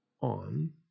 on